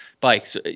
bikes